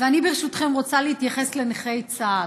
ואני, ברשותכם, רוצה להתייחס לנכי צה"ל.